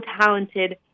talented